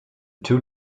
two